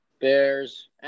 Bears